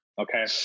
Okay